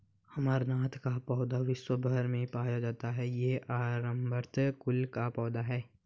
अमरनाथ का पौधा विश्व् भर में पाया जाता है ये अमरंथस कुल का पौधा है